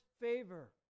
favor